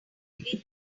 gently